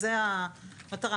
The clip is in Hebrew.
זו המטרה.